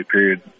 period